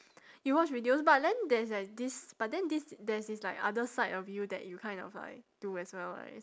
you watch videos but then there's there's this but then this there's this like other side of you that you kind of like do as well right